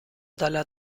dalla